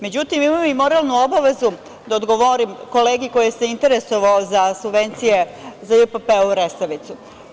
Međutim, imam i moralnu obavezu da odgovorim kolegi koji se interesovao za subvencije za JP PEU Resavicu.